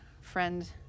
friend